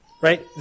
right